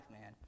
man